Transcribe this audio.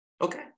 Okay